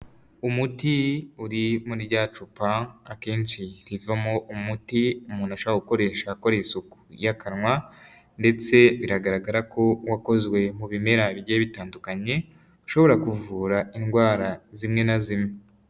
Umuti uri muri rya cupa akenshi rivamo umuti umuntu ashobora gukoresha akora isuku y'akanwa, ndetse biragaragara ko wakozwe mu bimera bigiye bitandukanye ushobora kuvura indwara zimwe na zimwe.